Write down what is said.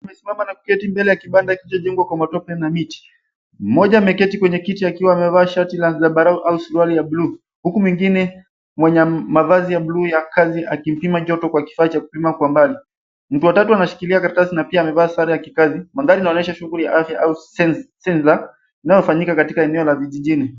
...amesimama na kuketi mbele ya kibanda kilichojengwa kwa matope na miti. Mmoja ameketi kwenye kiti akiwa amevaa shati la zambarau au suruali ya blue , Huku mwingine mwenye mavazi ya blue ya kazi akimpima joto kwa kifaa cha kupima kwa mbali. Mtu wa tatu anashikilia karatasi na pia amevaa sare ya kikazi. Mandhari inaonyesha shughuli ya afya au census inayofanyika katika eneo la vijijini.